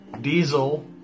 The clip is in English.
diesel